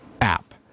app